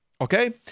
Okay